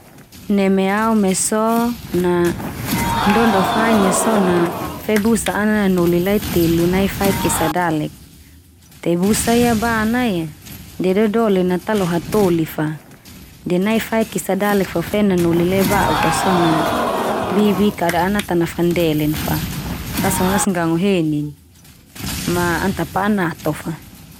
Neme au mai so, na ndo ndo fain ia so na, fe busa ana nanoli lai telu nai faik esa dalek. Te busa ia bana ia, de dodolen na ta lo hatoli fa, de nai faik esa dalek fo fen nanoli lai bauk ka so na bi bi kada ana ta nafandelen fa, ta so na nasanggango henin, ma an ta pa'a nato fa.